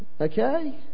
Okay